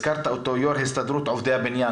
יושב הסתדרות עובדי הבניין.